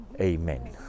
Amen